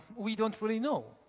we don't really know.